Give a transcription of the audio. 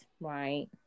right